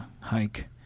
Hike